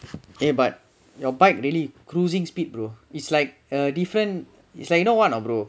eh but your bike really fall off it's like a different it's like you know one ah brother